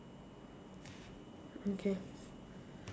okay